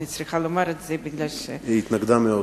אני צריכה לומר את זה בגלל, היא התנגדה מאוד.